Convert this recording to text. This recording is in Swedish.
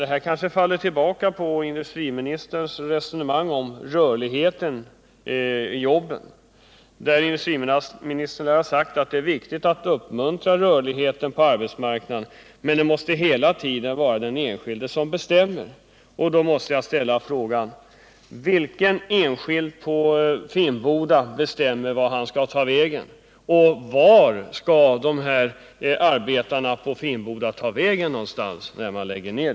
Detta kanske faller tillbaka på industriministerns resonemang om rörligheten i jobben. Industriministern lär ha sagt att det är viktigt att uppmuntra rörligheten på arbetsmarknaden men att det hela tiden måste vara den enskilde som bestämmer. Då måste jag ställa frågan: Vilken enskild på Finnboda bestämmer vart han skall ta vägen? Och vart skall de anställda på Finnboda ta vägen när varvet läggs ner?